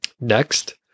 Next